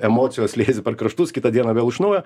emocijos liejasi per kraštus kitą dieną vėl iš naujo